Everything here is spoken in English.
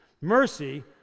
Mercy